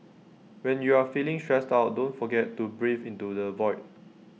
when you are feeling stressed out don't forget to breathe into the void